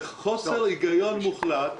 זה חוסר היגיון מוחלט.